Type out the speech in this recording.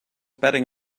betting